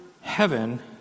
heaven